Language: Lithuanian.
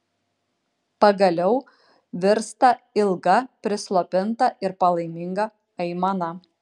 pagaliau virsta ilga prislopinta ir palaiminga aimana